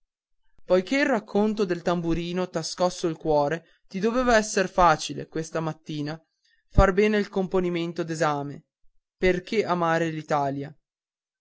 poiché il racconto del tamburino t'ha scosso il cuore ti doveva esser facile questa mattina far bene il componimento d'esame perché amate